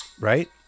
right